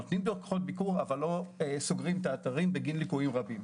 נותנים דוחות פיקוח אבל לא סוגרים את האתרים בגין ליקויים רבים.